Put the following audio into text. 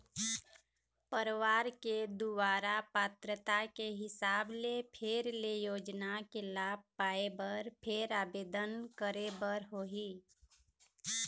परवार के दुवारा पात्रता के हिसाब ले फेर ले योजना के लाभ पाए बर फेर आबेदन करे बर होही